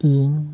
ᱛᱤᱱ